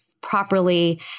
properly